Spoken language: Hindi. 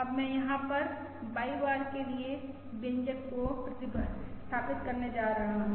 अब मैं यहाँ पर Y बार के लिए व्यंजक को प्रतिस्थापित करने जा रहा हूँ